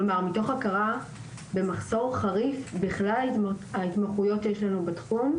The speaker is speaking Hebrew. כלומר מתוך הכרה במחסור חריף בכלל ההתמחויות שיש לנו בתחום.